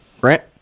Grant